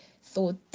thought